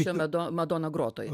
ča mado madona grotoje